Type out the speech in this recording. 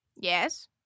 Yes